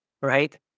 right